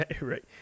Right